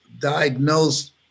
diagnosed